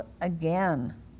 again